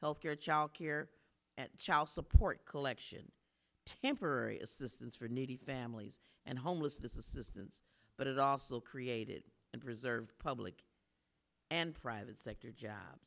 health care childcare child support collection temporary assistance for needy families and homelessness is distance but it also created and preserved public and private sector job